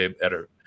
better